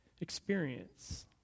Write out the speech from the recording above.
experience